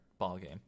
ballgame